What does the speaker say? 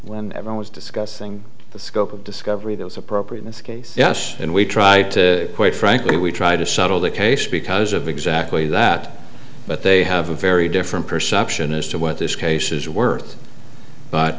when everyone's discussing the scope of discovery that was appropriate in this case yes and we tried to quite frankly we tried to settle the case because of exactly that but they have a very different perception as to what this case is worth but